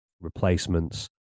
Replacements